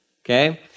Okay